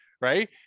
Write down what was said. right